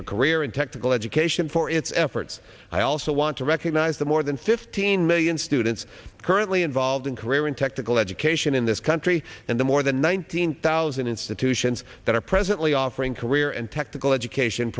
for career and technical education for its efforts i also want to recognize the more than fifteen million students currently involved in career in technical education in this country and the more than one hundred thousand institutions that are presently offering career and technical education